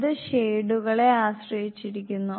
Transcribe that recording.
അത് ഷേഡുകളെ ആശ്രയിച്ചിരിക്കുന്നു